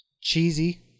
Cheesy